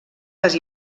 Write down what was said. les